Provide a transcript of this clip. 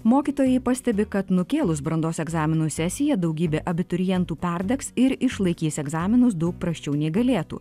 mokytojai pastebi kad nukėlus brandos egzaminų sesiją daugybė abiturientų perdegs ir išlaikys egzaminus daug prasčiau nei galėtų